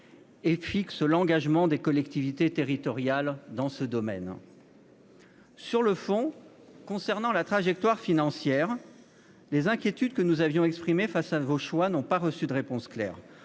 et fixe l'engagement des collectivités territoriales dans ce domaine. Sur le fond, concernant la trajectoire financière, les inquiétudes que nous avions exprimées face à vos choix n'ont pas reçu de réponse claire.